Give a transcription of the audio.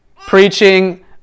preaching